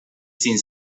sin